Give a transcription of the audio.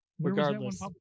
regardless